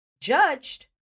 judged